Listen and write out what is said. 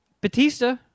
Batista